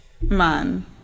man